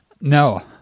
No